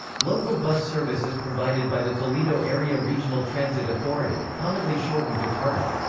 local bus service is provided by the toledo area regional transit authority commonly shortened to tarta.